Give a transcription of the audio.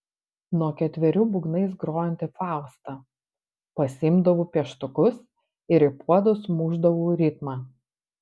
nuo ketverių būgnais grojanti fausta pasiimdavau pieštukus ir į puodus mušdavau ritmą